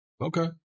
Okay